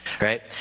Right